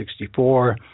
1964